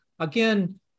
again